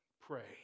pray